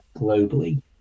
globally